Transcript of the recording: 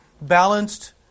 balanced